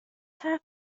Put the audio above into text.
حرف